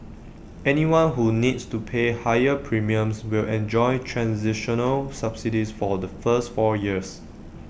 anyone who needs to pay higher premiums will enjoy transitional subsidies for the first four years